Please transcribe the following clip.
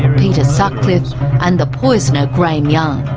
peter sutcliffe and the poisoner graham young.